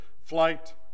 flight